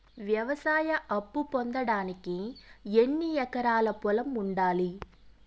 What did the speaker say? వ్యవసాయ అప్పు పొందడానికి ఎన్ని ఎకరాల పొలం ఉండాలి?